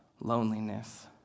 loneliness